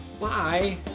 Bye